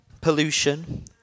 pollution